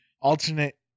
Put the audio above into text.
alternate